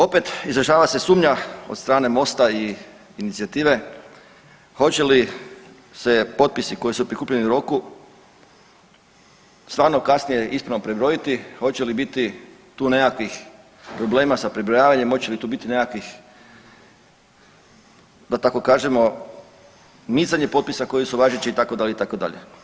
Opet izražava se sumnja od strane MOST-a i inicijative hoće li se potpisi koji su prikupljeni u roku stvarno kasnije ispravno prebrojiti, hoće li biti tu nekakvih problema sa prebrojavanjem, hoće li tu biti nekakvih da tako kažemo micanja potpisa koji su važeći itd. itd.